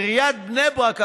עיריית בני ברק,